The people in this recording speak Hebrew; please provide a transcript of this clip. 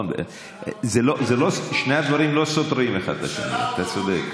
הדברים לא סותרים אחד את השני, אתה צודק.